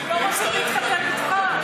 לא רוצים להתחתן איתך,